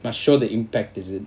must show the impact is it